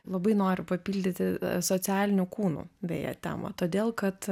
labai noriu papildyti socialinių kūnų beje temą todėl kad